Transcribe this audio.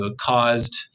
caused